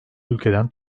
ülkeden